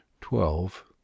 twelve